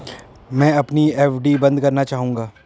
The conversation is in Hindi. मैं अपनी एफ.डी बंद करना चाहूंगा